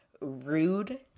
rude